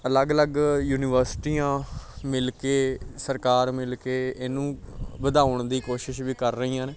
ਅਲੱਗ ਅਲੱਗ ਯੂਨੀਵਰਸਿਟੀਆਂ ਮਿਲ ਕੇ ਸਰਕਾਰ ਮਿਲ ਕੇ ਇਹਨੂੰ ਵਧਾਉਣ ਦੀ ਕੋਸ਼ਿਸ਼ ਵੀ ਕਰ ਰਹੀਆਂ ਨੇ